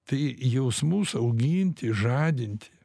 tai jausmus auginti žadinti